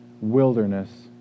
wilderness